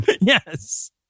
Yes